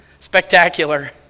spectacular